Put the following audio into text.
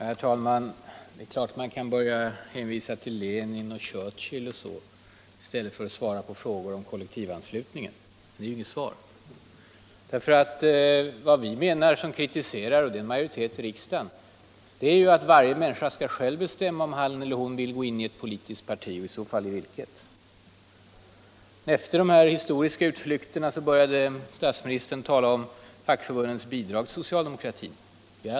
Herr talman! Det är klart man kan börja hänvisa till Lenin och Churchill i stället för att svara på frågor om kollektivanslutningen. Men det är ju inget svar. Vad vi som kritiserar menar, och det är en majoritet i riksdagen, är att varje människa skall själv bestämma om han eller hon vill gå in i ett politiskt parti, och i så fall i vilket. Efter de historiska utflykterna började statsministern tala om fackförbundens bidrag till socialdemokratin.